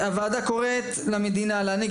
סיכום הוועדה למדינה: א׳- להעניק